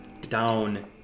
down